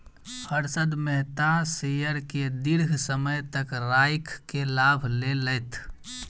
Harshad Mehta share के दीर्घ समय तक राइख के लाभ लेलैथ